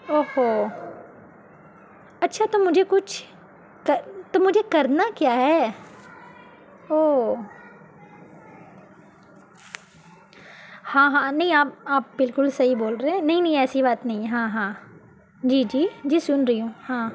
او ہو اچھا تو مجھے کچھ تو مجھے کرنا کیا ہے او ہاں ہاں نہیں آپ آپ بالکل صحیح بول رہے ہیں نہیں نہیں ایسی بات نہیں ہاں ہاں جی جی جی سن رہی ہوں ہاں